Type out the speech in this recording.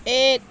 ایک